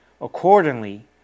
Accordingly